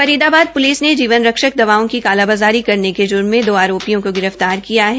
Faridabad police ने जीवन रक्षक दवाओं की कालाबाजारी करने के जुर्म में दो आरोपियों को गिरफ्तार किया है